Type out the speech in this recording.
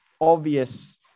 obvious